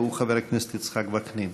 והוא חבר הכנסת יצחק וקנין,